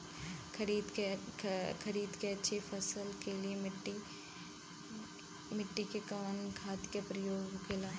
खरीद के अच्छी फसल के लिए मिट्टी में कवन खाद के प्रयोग होखेला?